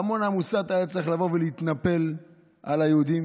ההמון המוסת היה צריך לבוא ולהתנפל על היהודים